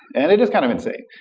and it is kind of insane.